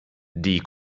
die